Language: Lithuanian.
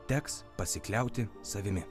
teks pasikliauti savimi